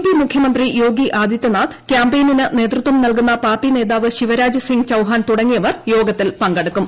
P മുഖ്യമന്ത്രി യോഗി ആദിത്യനാഥ് ക്യാമ്പയിന് നേതൃത്വം നൽകുന്ന പാർട്ടി നേതാവ് ശിവ്രാജ് സിങ് ചൌഹാൻ തുടങ്ങിയവർ യോഗത്തിൽ പങ്കെടുക്കും